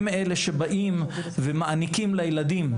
הם אלה שבאים ומעניקים לילדים.